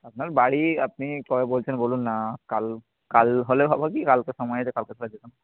আপনার বাড়ি আপনি কবে বলছেন বলুন না কাল কাল হলে হবে কি কালকে সময় আছে কালকে তাহলে যেতাম